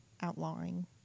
outlawing